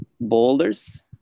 boulders